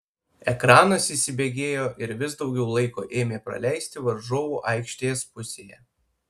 ekranas įsibėgėjo ir vis daugiau laiko ėmė praleisti varžovų aikštės pusėje